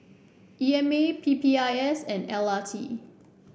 E M A P P I S and L R T